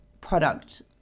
product